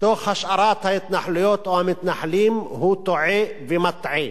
תוך השארת ההתנחלויות או המתנחלים הוא טועה ומטעה.